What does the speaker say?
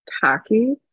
tacky